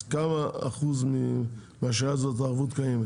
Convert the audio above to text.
אז כמה אחוז --- הערבות קיימת?